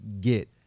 get